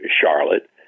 Charlotte